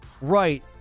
right